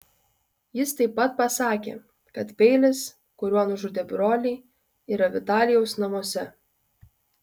jis taip pat pasakė kad peilis kuriuo nužudė brolį yra vitalijaus namuose